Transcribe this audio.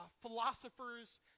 philosophers